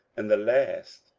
and the last,